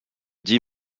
dis